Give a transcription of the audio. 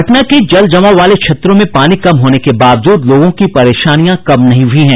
पटना के जल जमाव वाले क्षेत्रों में पानी कम होने के बावजूद लोगों की परेशानियां कम नहीं हुई है